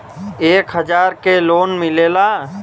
एक हजार के लोन मिलेला?